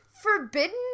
forbidden